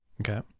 okay